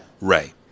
Ray